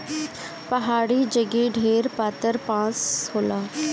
पहाड़ी जगे ढेर पातर बाँस होला